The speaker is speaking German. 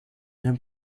dem